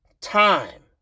time